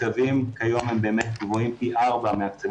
הקצב היום גבוה היום פי ארבעה מהקצב